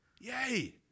Yay